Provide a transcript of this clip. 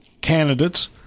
candidates